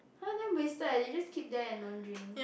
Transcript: [huh] damn wasted eh they just keep there and don't drink